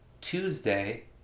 tuesday